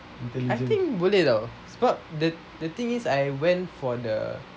I think boleh [tau] sebab the thing is I went for the